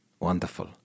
Wonderful